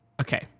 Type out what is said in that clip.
okay